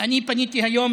אני פניתי היום